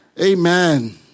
Amen